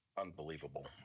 unbelievable